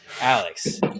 alex